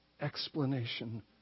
explanation